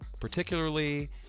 particularly